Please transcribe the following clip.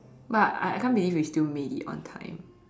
but I I can't believe we still made it on time